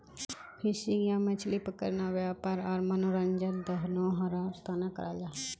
fishing या मछली पकड़ना वयापार आर मनोरंजन दनोहरार तने कराल जाहा